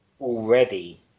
already